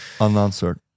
unanswered